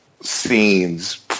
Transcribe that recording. scenes